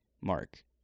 Mark